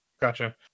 Gotcha